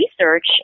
research